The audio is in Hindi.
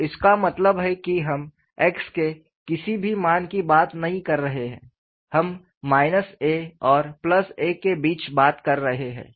तो इसका मतलब है कि हम x के किसी भी मान की बात नहीं कर रहे हैं हम a और a के बीच बात कर रहे हैं